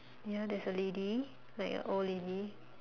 ya there's a lady like a old lady